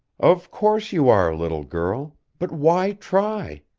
of course you are, little girl, but why try?